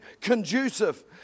conducive